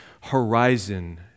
horizon